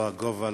לא הגובה,